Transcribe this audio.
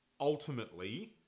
ultimately